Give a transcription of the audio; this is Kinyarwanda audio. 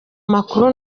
makuru